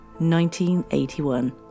1981